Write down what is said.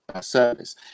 service